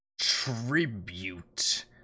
tribute